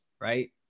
right